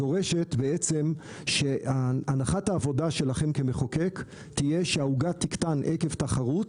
דורשת שהנחת העבודה שלכם כמחוקק תהיה שהעוגה תקטן עקב תחרות